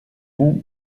monts